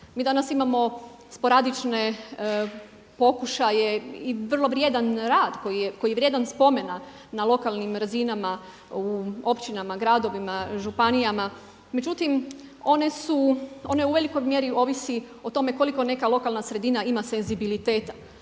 Mi danas imamo sporadične pokušaje i vrlo vrijedan rad koji je vrijedan spomena na lokalnim razinama u općinama, gradovima, županijama. Međutim, one su, one u velikoj mjeri ovisi o tome koliko neka lokalna sredina ima senzibiliteta